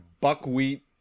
buckwheat